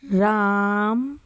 Ram